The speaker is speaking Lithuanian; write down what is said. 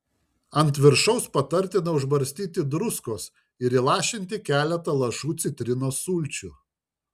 ant viršaus patartina užbarstyti druskos ir įlašinti keletą lašų citrinos sulčių